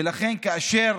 ולכן, כאשר